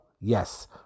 Yes